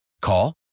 Call